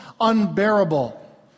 unbearable